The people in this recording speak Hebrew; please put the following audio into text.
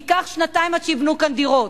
יעברו שנתיים עד שייבנו כאן דירות.